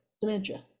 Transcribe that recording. dementia